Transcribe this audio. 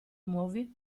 muovi